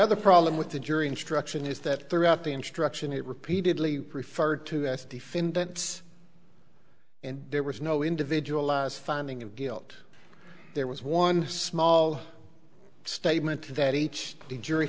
other problem with the jury instruction is that throughout the instruction it repeatedly referred to as defendants and there was no individual as finding of guilt there was one small statement that each